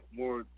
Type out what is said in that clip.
more